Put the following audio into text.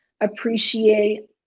appreciate